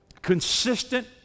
consistent